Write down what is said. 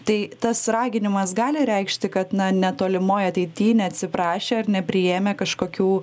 tai tas raginimas gali reikšti kad na netolimoj ateity neatsiprašę ar nepriėmę kažkokių